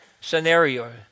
scenario